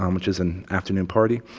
um which is an afternoon party.